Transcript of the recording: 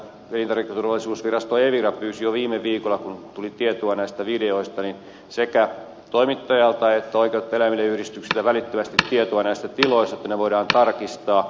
elintarviketurvallisuusvirasto evira pyysi jo viime viikolla kun tuli tietoa näistä videoista sekä toimittajalta että oikeutta eläimille yhdistykseltä välittömästi tietoa näistä tiloista niin että ne voidaan tarkistaa